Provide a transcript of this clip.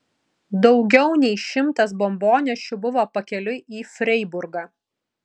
daugiau nei šimtas bombonešių buvo pakeliui į freiburgą